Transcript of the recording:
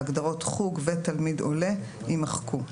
ההגדרות "חוג" ו-"תלמיד עולה" יימחקו,